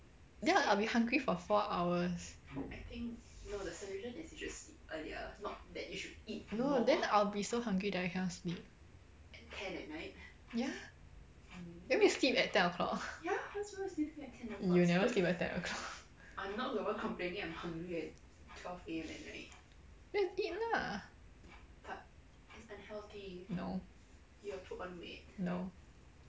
then I'll be hungry for four hours no then I'll be so hungry that I cannot sleep ya you want me sleep at ten o'clock ah you never sleep at ten o'clock just eat lah no no